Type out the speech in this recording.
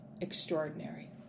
extraordinary